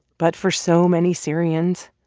but for so many syrians,